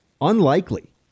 unlikely